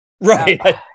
Right